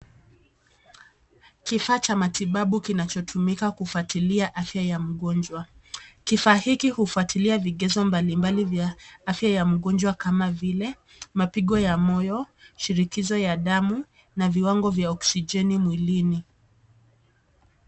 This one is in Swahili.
Kifaa cha matibabu kinachotumika kufuatilia afya ya mgonjwa. Kifaa hiki hufuatilia vigezo mbalimbali vya afya ya mgonjwa kama vile mapigo ya moyo, shinikizo la damu na viwango vya oksijeni mwilini.